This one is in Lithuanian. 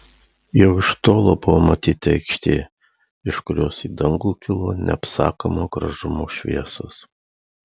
jau iš tolo buvo matyti aikštė iš kurios į dangų kilo neapsakomo gražumo šviesos